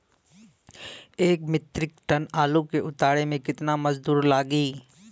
एक metric ton आलू के उतारे मे कितना मजदूर लागि?